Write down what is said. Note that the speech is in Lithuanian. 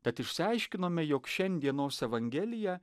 tad išsiaiškinome jog šiandienos evangelija